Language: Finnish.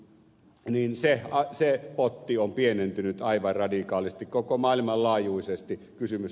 niin sehän syö potti on pienentynyt aivan radikaalisti koko maailman laajuisesti